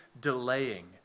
delaying